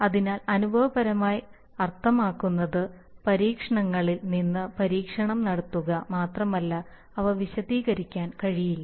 അതിനാൽ അനുഭവപരമായി അർത്ഥമാക്കുന്നത് പരീക്ഷണങ്ങളിൽ നിന്ന് പരീക്ഷണം നടത്തുക മാത്രമല്ല അവ വിശദീകരിക്കാൻ കഴിയില്ല